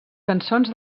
cançons